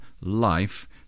life